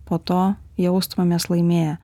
po to jaustumėmės laimėję